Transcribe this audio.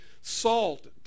salt